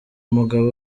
umugabo